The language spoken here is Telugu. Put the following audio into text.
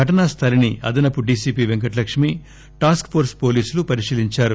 ఘటనాస్దలిని అదనపు డీసీపీ వెంకటలక్మి టాన్క్సోర్స్ పోలీసులు పరిశీలించారు